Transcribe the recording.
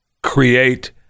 create